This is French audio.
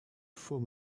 faux